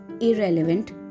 irrelevant